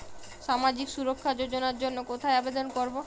সামাজিক সুরক্ষা যোজনার জন্য কোথায় আবেদন করব?